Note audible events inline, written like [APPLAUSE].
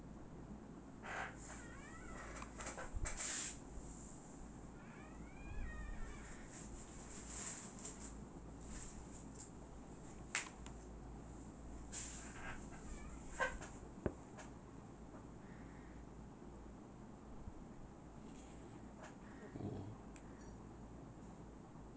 [NOISE]